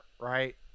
Right